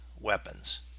weapons